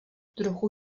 trochu